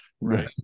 Right